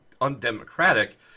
undemocratic